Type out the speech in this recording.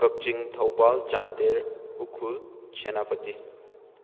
Kakching Thoubal Chandel Ukhrul Senapati